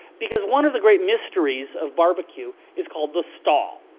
because one of the great mysteries of barbecue is called the stall.